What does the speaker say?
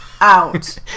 out